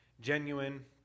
genuine